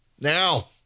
now